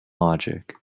logic